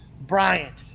Bryant